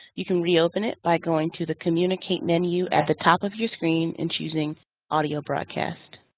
you can reopen it by going to the communicate menu at the top of your screen and choosing audio broadcast.